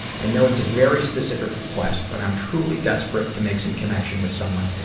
i know it's a very specific request, but i'm truly desperate to make some connection with someone,